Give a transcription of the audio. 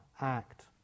act